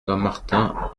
dammartin